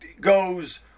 goes